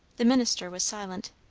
the minister was silent.